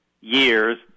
years